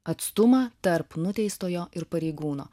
atstumą tarp nuteistojo ir pareigūno